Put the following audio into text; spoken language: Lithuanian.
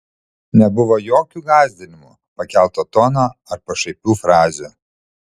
nebuvo jokių gąsdinimų pakelto tono ar pašaipių frazių